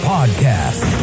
Podcast